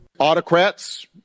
Autocrats